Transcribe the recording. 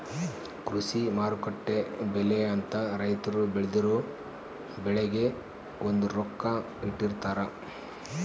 ಕೃಷಿ ಮಾರುಕಟ್ಟೆ ಬೆಲೆ ಅಂತ ರೈತರು ಬೆಳ್ದಿರೊ ಬೆಳೆಗೆ ಒಂದು ರೊಕ್ಕ ಇಟ್ಟಿರ್ತಾರ